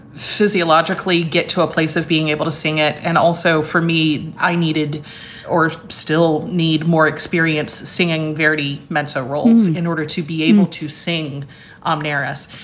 physiologically get to a place of being able to sing it. and also for me, i needed or still need more experience singing verdi mezzo roles in order to be able to sing omnivorous.